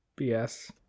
BS